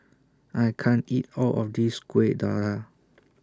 I can't eat All of This Kuih Dadar